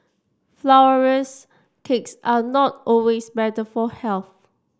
flourless cakes are not always better for health